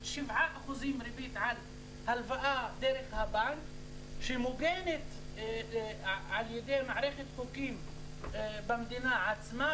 7% ריבית על הלוואה דרך הבנק שמוגנת על ידי מערכת חוקים במדינה עצמה,